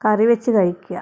കറിവെച്ച് കഴിക്കുക